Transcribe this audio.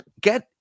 get